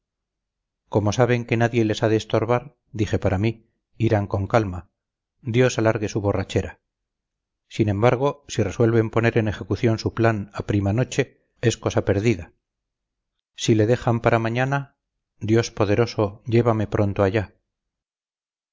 como saben que nadie les ha de estorbar dije para mí irán con calma dios alargue su borrachera sin embargo si resuelven poner en ejecución su plan a prima noche es cosa perdida si le dejan para mañana dios poderoso llévame pronto allá